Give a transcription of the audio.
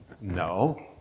No